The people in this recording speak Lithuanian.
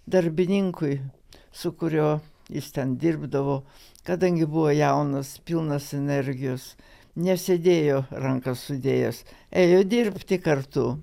darbininkui su kurio jis ten dirbdavo kadangi buvo jaunas pilnas energijos nesėdėjo rankas sudėjęs ėjo dirbti kartu